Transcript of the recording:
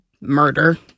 murder